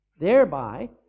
Thereby